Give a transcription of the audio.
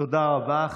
תודה רבה.